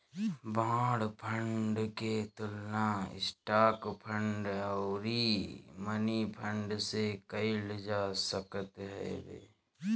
bond fund के तुलना stock fund अउरी मनीफंड से कईल जा सकत हवे